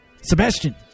Sebastian